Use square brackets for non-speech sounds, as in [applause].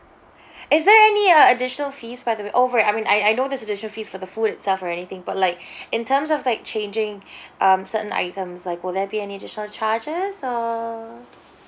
[breath] is there any uh additional fees by the way over I mean I I know there's additional fees for the food itself or anything but like [breath] in terms of like changing [breath] um certain items like will there be any additional charges or